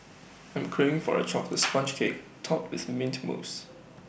I am craving for A chocolate Sponge Cake Topped with Mint Mousse